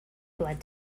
blood